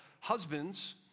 husbands